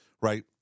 right